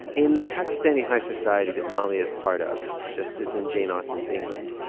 in the pakistani high society that mahlia's part of, just as in jane austen's england,